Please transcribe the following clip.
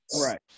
Right